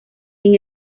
sin